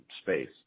space